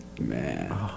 Man